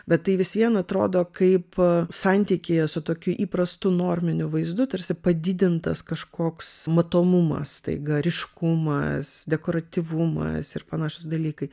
bet tai vis vien atrodo kaip santykyje su tokiu įprastu norminiu vaizdu tarsi padidintas kažkoks matomumas staiga ryškumas dekoratyvumas ir panašūs dalykai